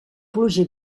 pluja